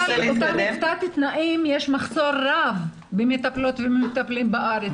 יש מחסור רב במטפלות ובמטפלים בארץ.